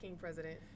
president